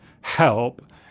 help